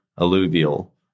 alluvial